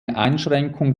einschränkung